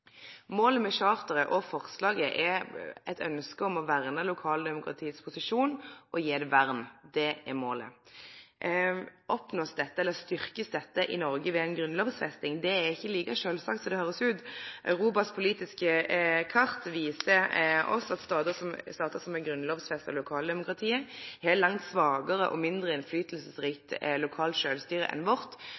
Målet med charteret og forslaget er eit ønske om å verne lokaldemokratiets posisjon og gje det vern. Det er målet. Blir dette styrkt i Noreg ved ei grunnlovfesting? Det er ikkje like sjølvsagt som det høyrast ut. Europas politiske kart viser oss at statar som har grunnlovfesta lokaldemokratiet, har langt svakare lokalt sjølvstyre og med mindre innverknad enn vårt,